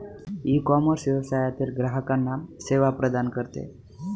ecommerce व्यवसायातील ग्राहकांना सेवा प्रदान करते